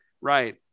right